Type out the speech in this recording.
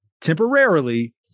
temporarily